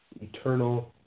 eternal